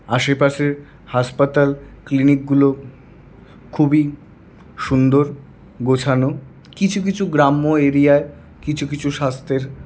আশেপাশে হাসপাতাল ক্লিনিকগুলো খুবই সুন্দর গোছানো কিছু কিছু গ্রাম্য এরিয়ায় কিছু কিছু স্বাস্থ্যের